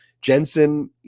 Jensen